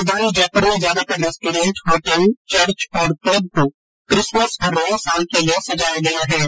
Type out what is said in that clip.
राजधानी जयपुर में ज्यादातर रेस्टोरेंट होटल चर्च और क्लब को किसमस और नये साल के लिये सजाया गया है